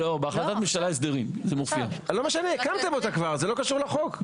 לא משנה, הקמתם אותה כבר, זה לא קשור לחוק.